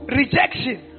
rejection